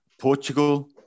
Portugal